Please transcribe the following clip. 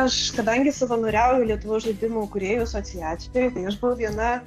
aš kadangi savanoriauju lietuvos žaidimų kūrėjų asociacijoj aš buvau viena